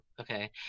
okay